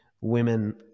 women